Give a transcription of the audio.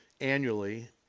annually